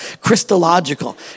Christological